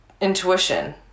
intuition